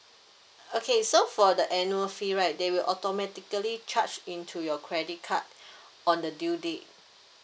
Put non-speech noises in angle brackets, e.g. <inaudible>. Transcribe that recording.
okay so for the annual fee right they will automatically charge into your credit card <breath> on the due date